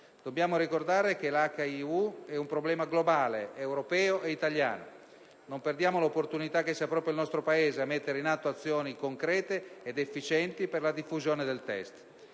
Dobbiamo ricordare che l'HIV è un problema globale, europeo e italiano. Non perdiamo l'opportunità che sia proprio il nostro Paese a mettere in atto azioni concrete ed efficienti per la diffusione del test.